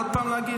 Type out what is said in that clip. עוד פעם להגיד?